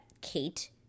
Kate